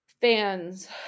fans